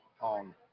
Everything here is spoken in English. on